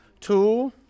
Two